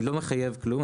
אני לא מחייב כלום,